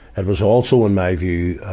and was also, in my view,